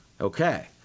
Okay